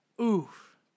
Oof